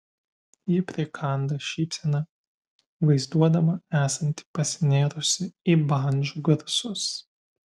ji prikanda šypseną vaizduodama esanti pasinėrusi į bandžų garsus